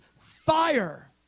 fire